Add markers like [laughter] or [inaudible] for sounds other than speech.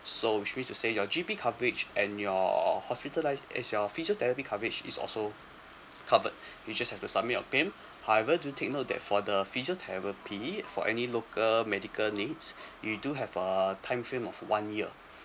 so which means to say your G_P coverage and your hospitalised is your physiotherapy coverage is also covered you just have to submit of them however do take note that for the physiotherapy for any local medical needs [breath] you do have uh time frame of one year